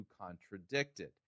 contradicted